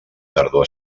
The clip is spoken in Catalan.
tardor